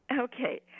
Okay